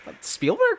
Spielberg